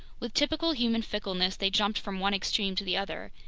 with typical human fickleness, they jumped from one extreme to the other.